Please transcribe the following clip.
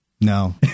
No